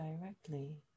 directly